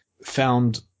found